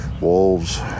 Wolves